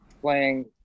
playing